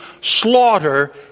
slaughter